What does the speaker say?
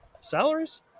salaries